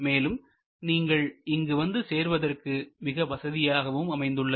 மேலும் நீங்கள் இங்கு வந்து சேர்வதற்கும் மிக வசதியாக அமைந்துள்ளது